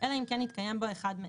אלא אם כן התקיים בו אחד מאלה: